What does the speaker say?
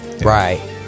right